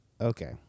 Okay